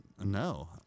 No